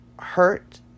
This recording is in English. hurt